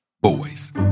boys